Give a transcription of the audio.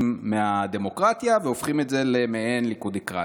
מהדמוקרטיה והופכים את זה למעין ליכודקרטיה.